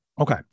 Okay